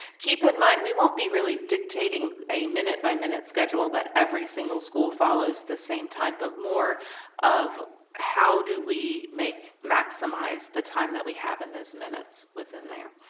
keep in mind, we won't be really dictating a minute-by-minute schedule that every single school follows the same time but more of how do we make maximize the time that we have and those minutes within there?